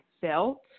felt